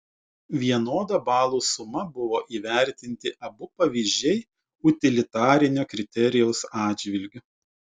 vienoda balų suma buvo įvertinti abu pavyzdžiai utilitarinio kriterijaus atžvilgiu